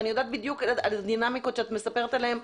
ואני מבינה את הדינמיקות שאת מספרת עליהן,